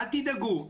אל תדאגו,